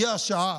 הגיעה השעה